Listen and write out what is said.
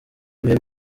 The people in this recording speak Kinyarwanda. bihe